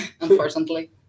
Unfortunately